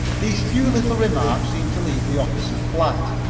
these few little remarks seemed to leave the officer flat.